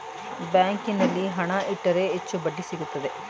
ಬ್ಯಾಂಕಿನಲ್ಲಿ ಹಣ ಇಟ್ಟರೆ ಹೆಚ್ಚು ಬಡ್ಡಿ ಸಿಗುತ್ತದೆ